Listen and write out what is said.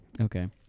Okay